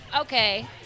Okay